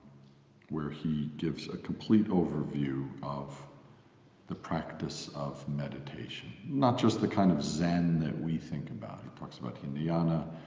where he gives a complete overview of the practice of meditation not just the kind of zen that we think about. it talks about hinayana,